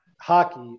hockey